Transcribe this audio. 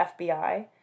FBI